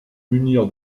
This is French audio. munir